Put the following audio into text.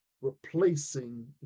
replacing